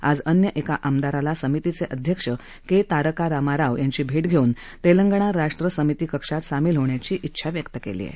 आज अन्य एका आमदाराला समितीचे अध्यक्ष के तारकारामाराव यांची भैट घेऊन तेलंगणा राष्ट्रसमिती कक्षात सामिल होण्याची इच्छा व्यक्त केली आहे